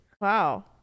Wow